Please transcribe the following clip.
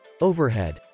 Overhead